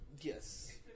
Yes